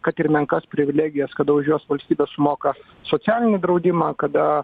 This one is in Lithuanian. kad ir menkas privilegijas kada už juos valstybė sumoka socialinį draudimą kada